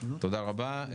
תודה רבה.